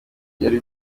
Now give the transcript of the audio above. byari